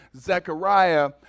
Zechariah